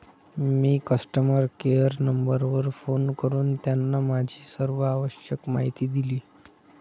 मी customer care नंबरवर phone करून त्यांना माझी सर्व आवश्यक माहिती दिली